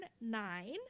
nine